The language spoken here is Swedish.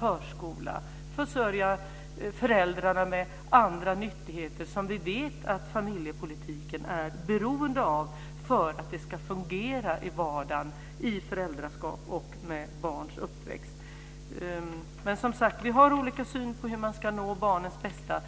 förskola, försörja med andra nyttigheter som vi vet att familjepolitiken är beroende av för att det ska fungera i vardagen med föräldraskap och med barns uppväxt? Men, som sagt, vi har olika syn på hur man ska nå barnens bästa.